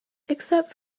except